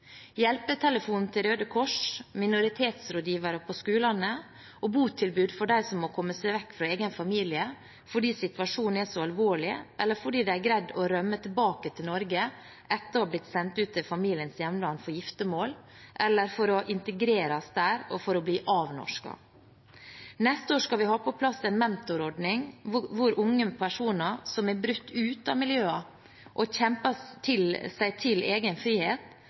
til Røde Kors, minoritetsrådgivere på skolene og botilbud for dem som må komme seg vekk fra egen familie fordi situasjonen er så alvorlig, eller fordi de har greid å rømme tilbake til Norge etter å ha blitt sendt til familiens hjemland for giftemål, for å integreres der eller for å bli avnorsket. Neste år skal vi ha på plass en mentorordning, hvor unge personer som har brutt ut av miljøet og kjempet seg til egen frihet,